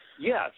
yes